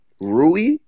Rui